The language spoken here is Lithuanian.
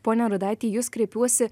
pone rudaiti į jus kreipiuosi